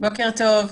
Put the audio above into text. בוקר טוב.